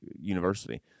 university